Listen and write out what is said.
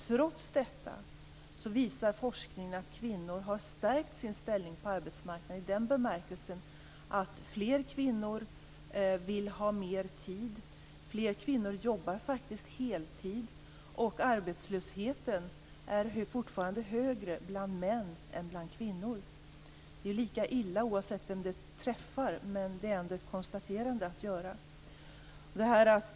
Trots detta visar forskningen att kvinnor har stärkt sin ställning på arbetsmarknaden i den bemärkelsen att fler kvinnor vill ha mer arbetstid. Fler kvinnor jobbar faktiskt heltid. Arbetslösheten är fortfarande högre bland män än bland kvinnor. Det är lika illa oavsett vem det träffar, men det är ändå ett konstaterande att göra.